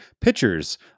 pitchers